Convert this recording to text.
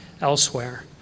elsewhere